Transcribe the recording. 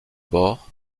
boers